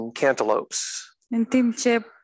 cantaloupes